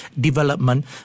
development